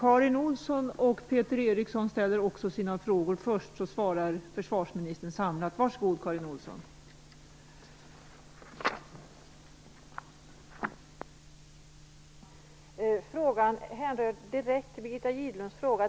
Fru talman! Frågan härrör direkt av Birgitta Gidbloms fråga.